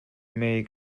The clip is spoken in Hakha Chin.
mei